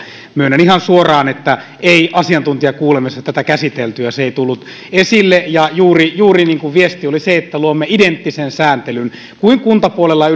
myönnän ihan suoraan että ei asiantuntijakuulemisessa tätä käsitelty ja se ei tullut esille ja viesti oli juuri se että luomme identtisen sääntelyn kuin on kuntapuolella